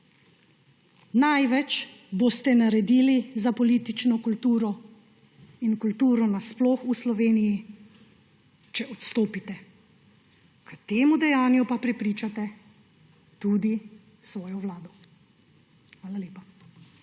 največ boste naredili za politično kulturo in kulturo sploh v Sloveniji, če odstopite. K temu dejanju pa prepričate tudi svojo vlado. Hvala lepa.